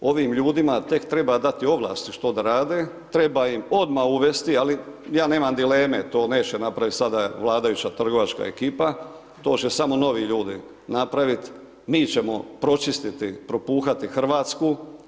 Ovim ljudima tek treba dati ovlasti što da rade, treba im odmah uvesti, ali ja nemam dileme, to neće napraviti sada vladajuća trgovačka ekipa, to će samo novi ljudi napraviti, mi ćemo pročistiti, propuhati Hrvatsku.